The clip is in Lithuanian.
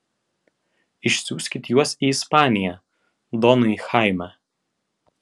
išsiųskit juos į ispaniją donai chaime